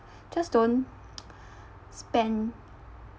just don't spend